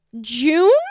June